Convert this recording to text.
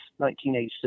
1986